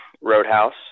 roadhouse